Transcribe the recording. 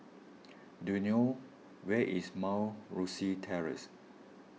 do you knew where is Mount Rosie Terrace